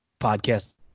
podcast